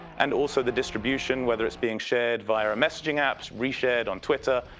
and also the distribution, whether it's being shared via a messaging app, reshared on twitter,